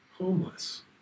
homeless